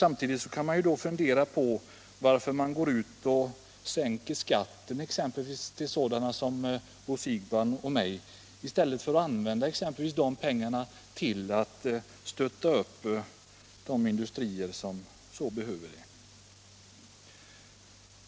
Det finns då anledning att fundera över varför regeringen sänker skatten för exempelvis sådana som Bo Siegbahn och mig i stället för att använda de pengarna till att stötta upp industrier som behöver stöd.